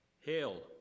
Hail